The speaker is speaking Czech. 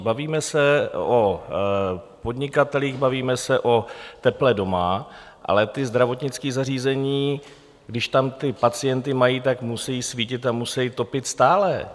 Bavíme se o podnikatelích, bavíme se o teple doma, ale zdravotnická zařízení, když tam ty pacienty mají, tak musejí svítit a musejí topit stále.